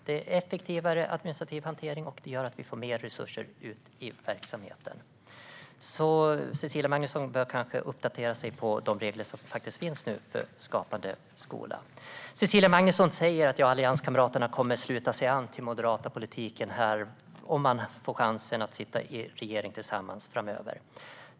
Det är en effektivare administrativ hantering, vilket gör att vi får mer resurser ut i verksamheten. Cecilia Magnusson bör kanske uppdatera sig på de regler som nu faktiskt finns för Skapande skola. Cecilia Magnusson säger att allianskamraterna kommer att ansluta sig till den moderata politiken i fråga om detta om de får chansen att sitta i en regering tillsammans framöver.